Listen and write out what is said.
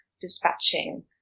dispatching